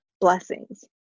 blessings